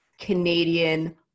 canadian